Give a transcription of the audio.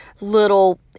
little